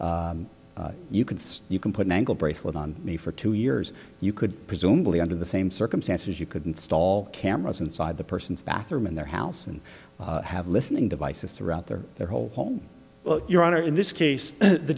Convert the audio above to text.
n you can see you can put an ankle bracelet on me for two years you could presumably under the same circumstances you could install cameras inside the person's bathroom in their house and have listening devices throughout their their whole home well your honor in this case the